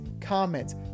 comments